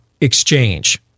exchange